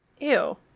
Ew